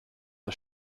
der